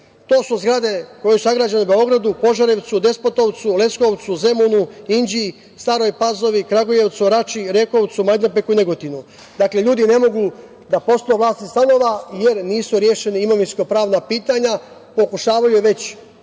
To su zgrade koje su sagrađene u Beogradu, Požarevcu, Despotovcu, Leskovcu, Zemunu, Inđiji, Staroj Pazovi, Kragujevcu, Rači, Rekovcu, Majdanpeku i Negotinu. Dakle, ljudi ne mogu da postanu vlasnici stanova jer nisu rešena imovinskopravna pitanja, pokušavaju već